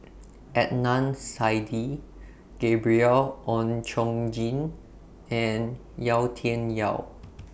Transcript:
Adnan Saidi Gabriel Oon Chong Jin and Yau Tian Yau